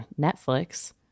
Netflix